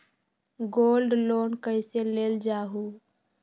Gold loan कईसे लेल जाहु?